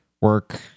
work